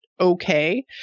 okay